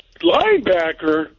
Linebacker